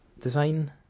design